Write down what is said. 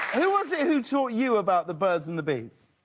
who was it who taught you about the birds and the bees?